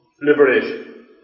liberation